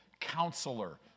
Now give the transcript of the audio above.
Counselor